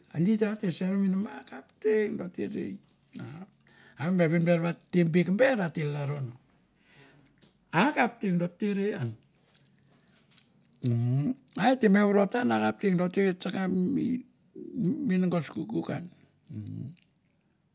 A di te, ati ser mi nama akapte, do te rei. A vevin ber vat te bek ber a te lalro no, akapte do te rei an umm a ete me vorotan akapte do te tsanga mi mingos kokouk an.